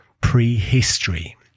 prehistory